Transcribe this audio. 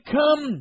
come